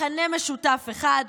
לכולם מכנה משותף אחד: